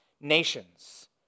nations